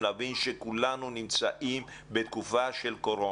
להבין שכולנו נמצאים בתקופה של קורונה.